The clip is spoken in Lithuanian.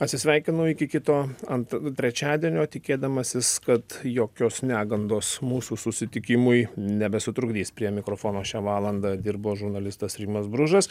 atsisveikinu iki kito ant trečiadienio tikėdamasis kad jokios negandos mūsų susitikimui nebesutrukdys prie mikrofono šią valandą dirbo žurnalistas rimas bružas